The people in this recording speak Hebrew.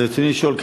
רצוני לשאול: